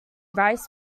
rice